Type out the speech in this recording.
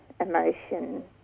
emotion